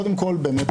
קודם כול באמת,